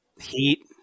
Heat